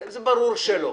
ברור שלא.